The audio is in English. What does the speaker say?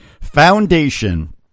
foundation